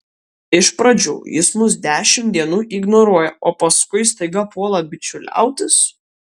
iš pradžių jis mus dešimt dienų ignoruoja o paskui staiga puola bičiuliautis